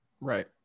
Right